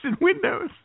windows